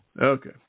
okay